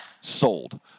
sold